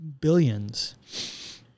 billions